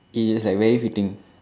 it's is like very fitting